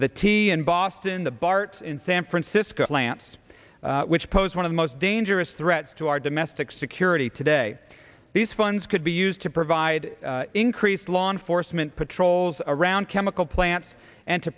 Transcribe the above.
the t v in boston the barts in san francisco plants which pose one of the most dangerous threats to our domestic security today these funds could be used to provide increased law enforcement patrols around chemical plants and to